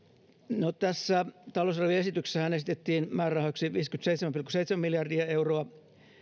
tässä talousarvioesityksessähän esitettiin määrärahoiksi viisikymmentäseitsemän pilkku seitsemän miljardia euroa